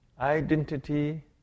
identity